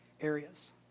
areas